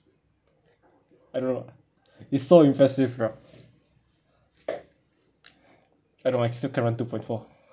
I don't know it's so impressive ya I know I still can run two point four